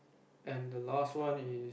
and the last one is